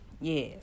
Yes